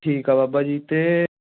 ਠੀਕ ਆ ਬਾਬਾ ਜੀ ਅਤੇ